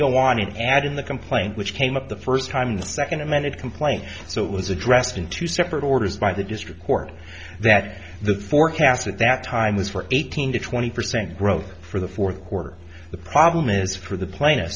go on an ad in the complaint which came up the first time the second amended complaint so it was addressed in two separate orders by the district court that the forecasts at that time was for eighteen to twenty percent growth for the fourth quarter the problem is for the pla